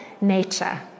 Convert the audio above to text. nature